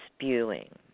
spewing